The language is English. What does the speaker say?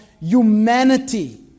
humanity